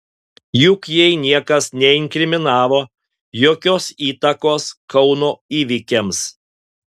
juk jai niekas neinkriminavo jokios įtakos kauno įvykiams